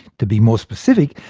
to be more specific,